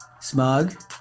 Smug